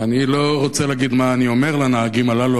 אני לא רוצה להגיד מה אני אומר לנהגים הללו,